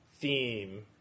theme